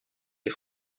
des